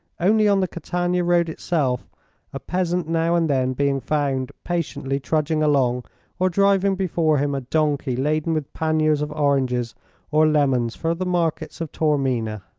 only on the catania road itself a peasant now and then being found patiently trudging along or driving before him a donkey laden with panniers of oranges or lemons for the markets of taormina.